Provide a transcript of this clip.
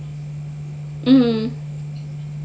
mm